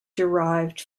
derived